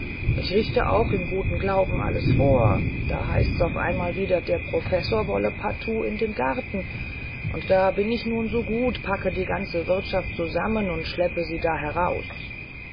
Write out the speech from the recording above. ich richte auch im guten glauben alles vor da heißt's auf einmal wieder der professor wolle partout in den garten und da bin ich nun so gut packe die ganze wirtschaft zusammen und schleppe sie da heraus